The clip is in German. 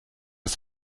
ist